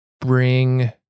bring